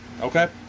Okay